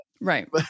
Right